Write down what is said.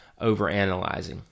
overanalyzing